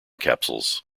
capsules